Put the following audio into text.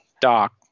Doc